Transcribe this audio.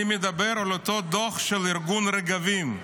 אני מדבר על אותו דוח של ארגון רגבים,